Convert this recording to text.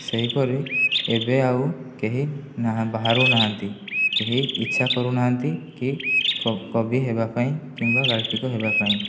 ସେହିପରି ଏବେ ଆଉ କେହି ବାହାରୁ ନାହାନ୍ତି କେହି ଇଚ୍ଛା କରୁନାହାନ୍ତି କି କ କବି ହେବା ପାଇଁ କିମ୍ବା ଗାଳ୍ପିକ ହେବାପାଇଁ